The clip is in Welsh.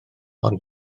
ond